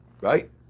right